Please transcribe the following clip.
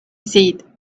said